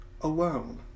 alone